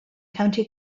county